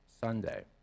Sunday